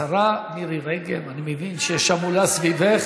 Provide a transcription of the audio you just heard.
השרה מירי רגב, אני מבין שיש המולה סביבך